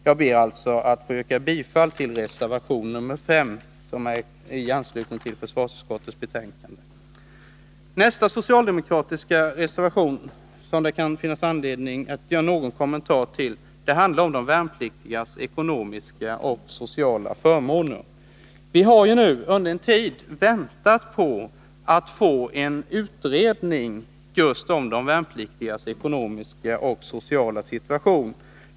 Jag ber alltså att få yrka bifall till reservation 5 vid försvarsutskottets betänkande. Nästa socialdemokratiska reservation som det kan finnas anledning att kommentera handlar om de värnpliktigas ekonomi och sociala förmåner. Vi har nu under en tid väntat på att få en utredning just om de värnpliktigas ekonomi och sociala situation.